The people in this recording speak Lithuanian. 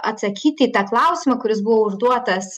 atsakyt į tą klausimą kuris buvo užduotas